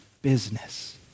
business